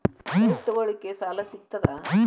Site ತಗೋಳಿಕ್ಕೆ ಸಾಲಾ ಸಿಗ್ತದಾ?